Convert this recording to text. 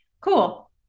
cool